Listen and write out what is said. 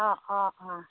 অঁ অঁ অঁ